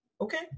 Okay